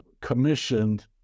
commissioned